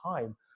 time